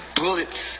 bullets